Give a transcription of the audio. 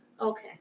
Okay